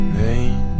rain